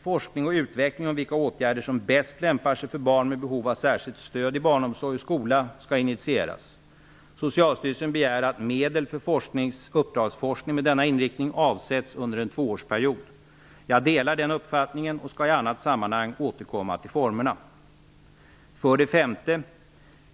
Forskning och utveckling om vilka åtgärder som bäst lämpar sig för barn med behov av särskilt stöd i barnomsorg och skola skall initieras. Socialstyrelsen begär att medel för uppdragsforskning med denna inriktning skall avsättas under en tvåårsperiod. Jag delar den uppfattningen och skall i annat sammanhang återkomma till formerna. 5.